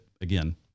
again